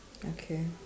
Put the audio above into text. okay